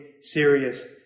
serious